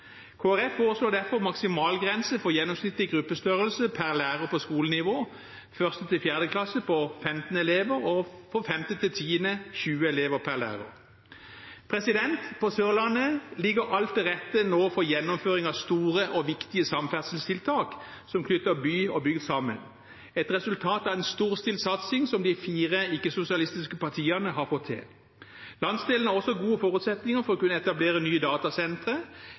Folkeparti foreslår derfor en maksimalgrense for gjennomsnittlig gruppestørrelse per lærer på skolenivå: for 1.–4. klasse 15 elever og for 5.–10. klasse 20 elever per lærer. På Sørlandet ligger alt nå til rette for gjennomføring av store og viktige samferdselstiltak som knytter by og bygd sammen. Dette er et resultat av en storstilt satsing som de fire ikke-sosialistiske partiene har fått til. Landsdelen har også gode forutsetninger for å kunne etablere nye datasentre.